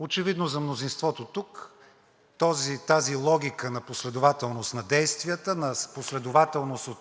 Очевидно за мнозинството тук тази логика на последователност на действията, на последователност от